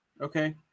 Okay